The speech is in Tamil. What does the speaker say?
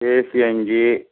ஏசி அஞ்சு